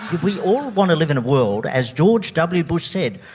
we all want to live in a world, as george w bush said,